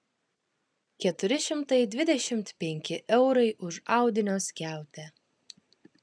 keturi šimtai dvidešimt penki eurai už audinio skiautę